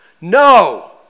No